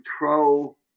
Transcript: control